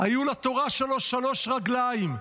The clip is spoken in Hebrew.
היו לתורה שלו שלוש רגליים: